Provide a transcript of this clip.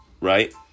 right